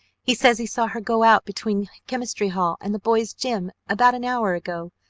he says he saw her go out between chemistry hall and the boys' gym. about an hour ago.